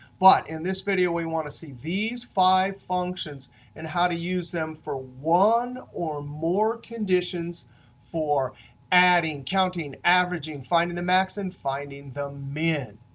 but in this video, we want to see these five functions and how to use them for one or more conditions for adding, counting, averaging, finding the max, and finding the min.